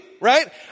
Right